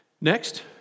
Next